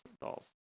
dolls